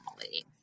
family